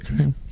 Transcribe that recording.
Okay